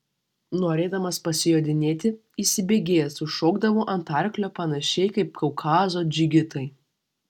norėdamas pasijodinėti įsibėgėjęs užšokdavau ant arklio panašiai kaip kaukazo džigitai